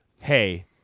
Hey